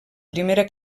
primera